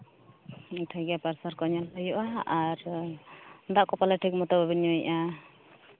ᱴᱷᱤᱠᱜᱮᱭᱟ ᱯᱨᱮᱥᱟᱨ ᱠᱚ ᱧᱮᱞ ᱦᱩᱭᱩᱜᱼᱟ ᱟᱨ ᱫᱟᱜ ᱠᱚ ᱯᱟᱞᱮᱱ ᱴᱷᱤᱠᱢᱚᱛᱚ ᱵᱟᱵᱤᱱ ᱧᱩᱭᱮᱜᱼᱟ